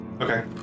okay